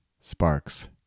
Sparks